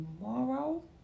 tomorrow